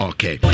Okay